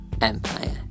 Empire